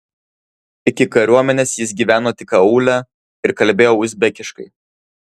iki kariuomenės jis gyveno tik aūle ir kalbėjo uzbekiškai